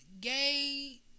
gay